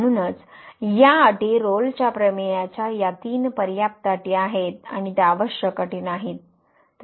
म्हणूनच या अटी रोलच्या प्रमेयाच्या या तीन पर्याप्त अटी आहेत आणि त्या आवश्यक अटी नाहीत